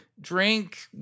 drink